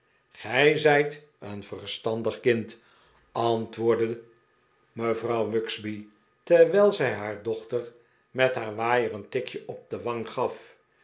zijt een verstandig kind antwoordde mevrouw wugsby terwijl zij haar dochter met haar waaier een tikje op de wang gaf